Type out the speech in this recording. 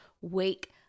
wake